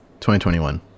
2021